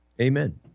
Amen